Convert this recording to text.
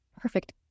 perfect